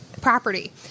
property